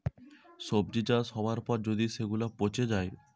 সবজি চাষ হবার পর যদি সেগুলা পচে যায়